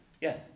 Yes